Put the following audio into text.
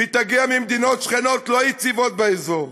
והיא תגיע ממדינות שכנות לא יציבות באזור,